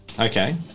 Okay